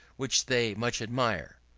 which they much admire.